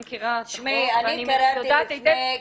אני מכירה -- אני קראתי לפני כמה ימים -- אני יודעת היטב